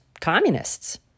communists